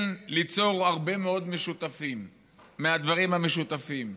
כן ליצור הרבה מאוד מהדברים המשותפים.